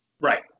Right